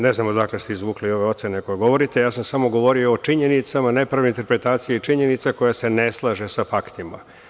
Ne znam odakle ste izvukli ove ocene koje govorite, ja sam samo govorio o činjenicama, nepravilnoj interpretacija činjenica, koja se ne slaže sa faktima.